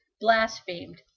blasphemed